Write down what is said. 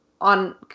on